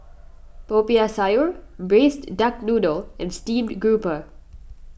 Popiah Sayur Braised Duck Noodle and Steamed Grouper